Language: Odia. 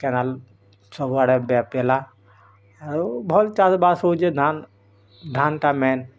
କେନାଲ୍ ସବୁଆଡ଼େ ବ୍ୟାପିଲା ଆଉ ଭଲ୍ ଚାଷ୍ବାସ୍ ହଉଛେ ଧାନ୍ ଧାନ୍ଟା ମେନ୍